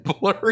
blurry